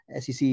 SEC